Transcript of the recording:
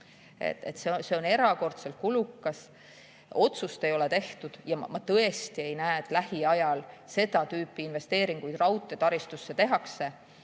See on erakordselt kulukas. Otsust ei ole tehtud. Ma tõesti ei näe, et lähiajal seda tüüpi investeeringuid raudteetaristusse tehtaks.